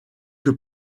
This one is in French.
que